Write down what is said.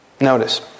Notice